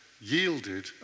yielded